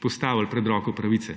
postavili pred roko pravice.